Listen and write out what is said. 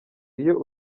iyo